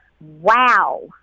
wow